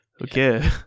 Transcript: okay